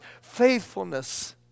faithfulness